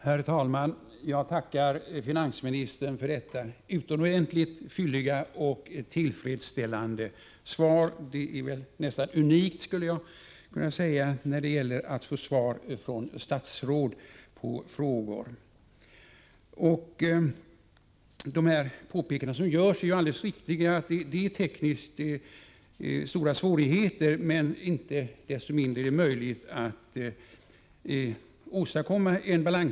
Herr talman! Jag tackar finansministern för detta utomordentligt fylliga och tillfredsställande svar. Det är i dessa avseenden nästan unikt som svar på en fråga till ett statsråd. De påpekanden som görs är alldeles riktiga. Det möter tekniskt stora svårigheter att åstadkomma en balansräkning men är inte desto mindre möjligt.